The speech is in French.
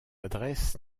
adresse